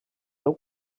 déu